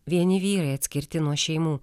vieni vyrai atskirti nuo šeimų